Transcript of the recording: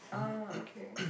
ah okay